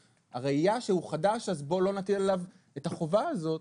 הראייה שהוא חדש ולכן בוא לא נטיל עליו את החובה הזאת,